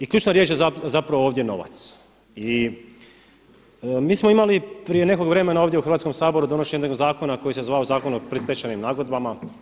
I ključna riječ je zapravo ovdje novac i mi smo imali prije nekog vremena ovdje u Hrvatskom saboru donošenje jednog zakona koji se zvao Zakon o predstečajnim nagodbama.